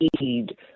need